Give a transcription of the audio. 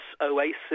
oasis